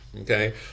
Okay